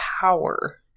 power